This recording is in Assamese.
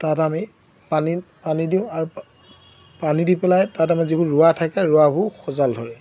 তাত আমি পানী পানী দিওঁ আৰু পানী দি পেলাই তাত আমি যিবোৰ ৰোৱা থাকে ৰোৱাবোৰ সজাল ধৰে